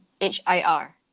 H-I-R